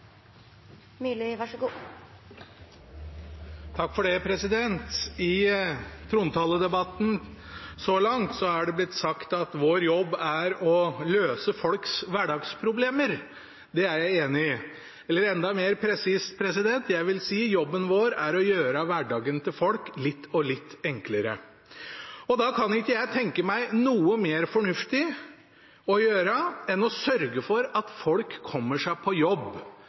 I trontaledebatten så langt er det blitt sagt at vår jobb er å løse folks hverdagsproblemer. Det er jeg enig i. Eller enda mer presist: Jeg vil si jobben vår er å gjøre hverdagen til folk litt og litt enklere. Da kan ikke jeg tenke meg noe mer fornuftig å gjøre enn å sørge for at folk kommer seg på jobb